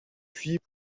suis